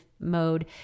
Mode